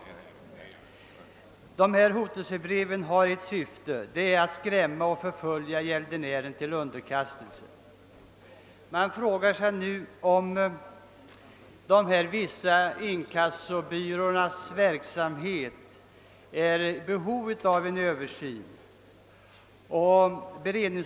Dessa hotelsebrev har till syfte att skrämma gäldenären till underkastelse. Är då vissa inkassobyråers verksamhet i behov av en översyn?